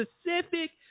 specific